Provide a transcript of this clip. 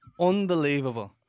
Unbelievable